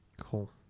Cool